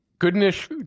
Goodness